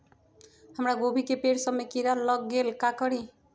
हमरा गोभी के पेड़ सब में किरा लग गेल का करी?